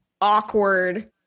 awkward